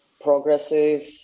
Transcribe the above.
progressive